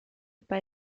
bei